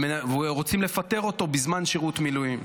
ורוצים לפטר אותו בזמן שירות מילואים.